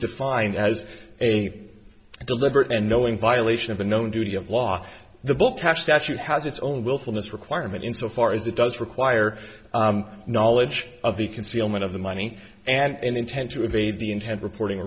defined as a deliberate and knowing violation of a known duty of law the book cash statute has its own willfulness requirement insofar as it does require knowledge of the concealment of the money and intent to evade the intent reporting